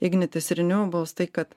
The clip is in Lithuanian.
ignitis renewables tai kad